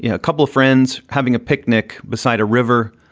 you know a couple of friends having a picnic beside a river.